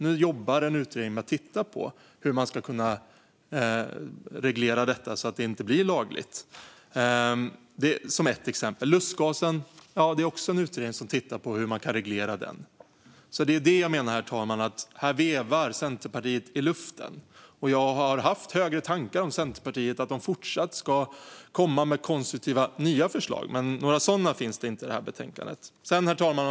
Nu jobbar en utredning med att titta på hur man ska kunna reglera detta så att det inte blir lagligt. Också när det gäller lustgasen är det en utredning som tittar på hur den kan regleras. Därför menar jag att Centerpartiet här vevar i luften. Jag har haft högre tankar om Centerpartiet och om att de fortsatt ska komma med konstruktiva nya förslag. Men några sådana förslag finns det inte i detta betänkande. Herr talman!